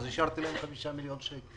אז אישרתי להם 5 מיליון שקלים.